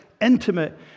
intimate